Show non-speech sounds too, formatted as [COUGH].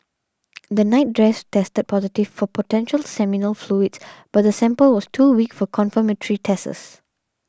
[NOISE] the nightdress tested positive for potential seminal fluids [NOISE] but the sample was too weak for confirmatory tests